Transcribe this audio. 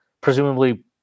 Presumably